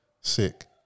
Sick